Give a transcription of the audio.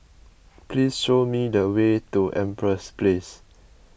please show me the way to Empress Place